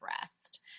rest